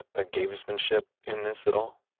a gamesmanship in this at all?